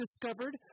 discovered